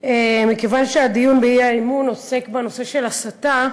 מכיוון שהדיון באי-אמון עוסק בנושא של הסתה,